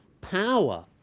power